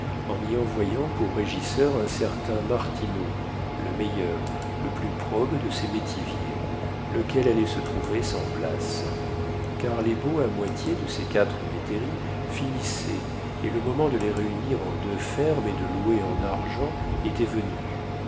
en y envoyant pour régisseur un certain martineau le meilleur le plus probe de ses métiviers lequel allait se trouver sans place car les baux à moitié de ses quatre métairies finissaient et le moment de les réunir en deux fermes et de louer en argent était venu